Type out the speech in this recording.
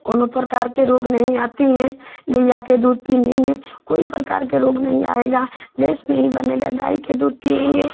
कोनो प्रकार का रोग नहीं आता है गइया का दूध पीने में कोई प्रकार का रोग नहीं आएगा गैस नहीं बनेगा गाय का दूध पिएँगे